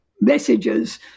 messages